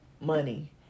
money